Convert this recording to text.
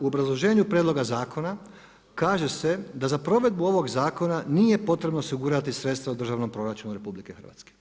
U obrazloženju prijedloga zakona kaže se da za provedbu ovog zakona nije potrebno osigurati sredstva u Državnom proračunu RH.